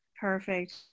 perfect